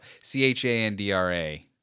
C-H-A-N-D-R-A